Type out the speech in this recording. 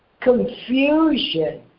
confusion